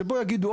שבו יגידו,